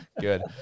Good